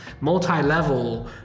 multi-level